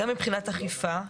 גם מבחינת אכיפה.